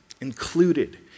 included